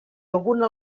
alguna